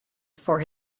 for